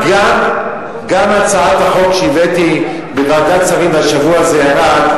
גם הצעת החוק שהבאתי לוועדת השרים והשבוע זה ירד,